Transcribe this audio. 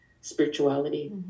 spirituality